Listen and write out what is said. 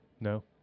No